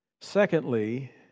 Secondly